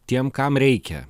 tiem kam reikia